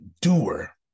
doer